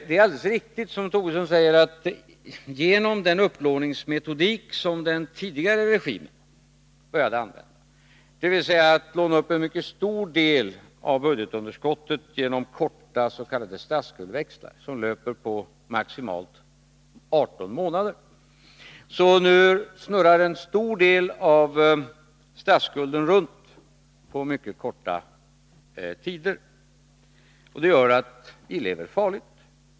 Det är alldeles riktigt som Lars Tobisson säger, att genom den upplåningsmetodik som den tidigare regimen började använda -— dvs. att låna upp en mycket stor del av budgetunderskottet genom korta s.k. statsskuldsväxlar som löper på maximalt 18 månader — snurrar en stor del av statsskulden nu runt med mycket korta återbetalningstider. Det gör att vi lever farligt.